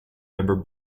member